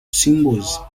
symbols